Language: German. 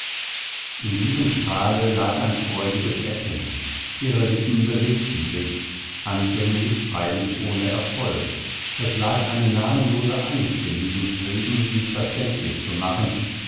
in diesem strahle lag ein freudiges erkennen ihre lippen bewegten sich anfänglich freilich ohne erfolg es lag eine namenlose angst in diesem streben sich verständlich zu machen